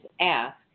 ask